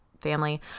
family